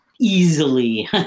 easily